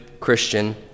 Christian